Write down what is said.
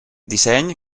disseny